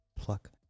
pluck